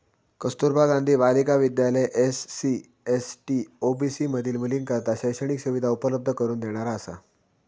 कस्तुरबा गांधी बालिका विद्यालय SC, ST, OBC मधील मुलींकरता शैक्षणिक सुविधा उपलब्ध करून देणारा असा